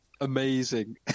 Amazing